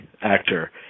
actor